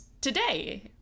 today